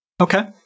Okay